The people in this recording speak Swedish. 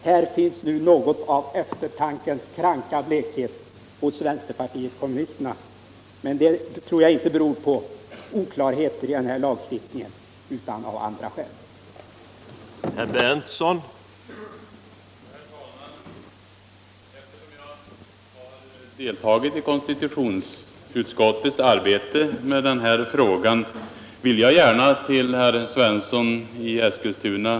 Här finns nu något av eftertankens kranka blekhet hos vänsterpartiet kommunisterna, men det tror jag inte beror på oklarheter i lagstiftningen utan på andra omständigheter.